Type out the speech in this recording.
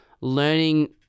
learning